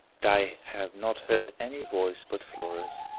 but i have not heard any voice but flora's.